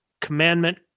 commandment